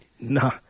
No